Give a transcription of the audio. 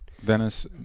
Venice